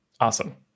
Awesome